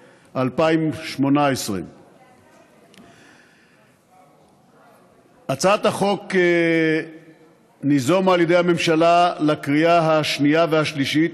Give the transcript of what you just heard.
התשע"ט 2018. הצעת החוק ניזומה על ידי הממשלה לקריאה השנייה והשלישית,